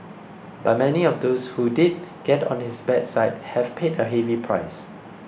but many of those who did get on his bad side have paid a heavy price